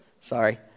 Sorry